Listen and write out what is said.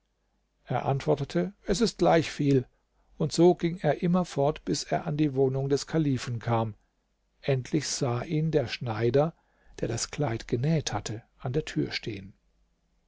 er antwortete es ist gleichviel und so ging er immer fort bis er an die wohnung des kalifen kam endlich sah ihn der schneider der das kleid genäht hatte an der tür stehen